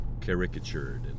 caricatured